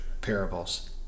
Parables